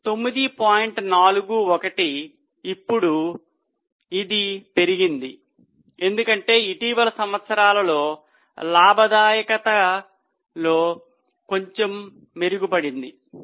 41 ఇది ఇప్పుడు పెరిగింది ఎందుకంటే ఇటీవలి సంవత్సరాలలో లాభదాయకత కొంచెం మెరుగుపడింది